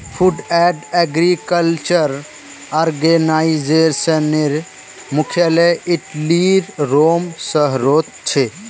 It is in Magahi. फ़ूड एंड एग्रीकल्चर आर्गेनाईजेशनेर मुख्यालय इटलीर रोम शहरोत छे